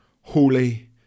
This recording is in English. holy